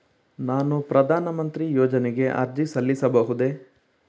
ನಾನು ಪ್ರಧಾನ ಮಂತ್ರಿ ಯೋಜನೆಗೆ ಅರ್ಜಿ ಸಲ್ಲಿಸಬಹುದೇ?